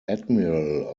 admiral